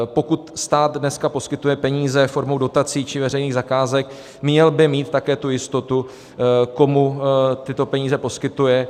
Pokud stát dneska poskytuje peníze formou dotací či veřejných zakázek, měl by mít také jistotu, komu tyto peníze poskytuje.